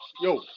Yo